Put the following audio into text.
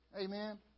Amen